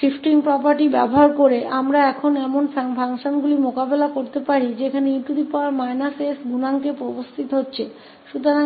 shifting property का उपयोग करके अब हम ऐसे फंक्शन को कर सकते हैं जहां e s गुणा में दिखाई दे रहा है